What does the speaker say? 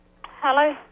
Hello